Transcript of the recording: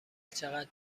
چقدر